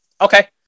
Okay